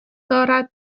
دارد